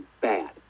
bad